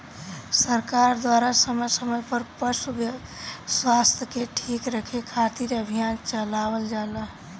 सरकार द्वारा समय समय पर पशु स्वास्थ्य के ठीक रखे खातिर अभियान चलावल जाला